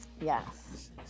yes